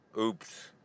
Oops